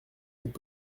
cette